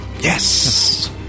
Yes